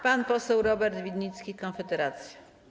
Pan poseł Robert Winnicki, Konfederacja.